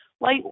light